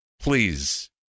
please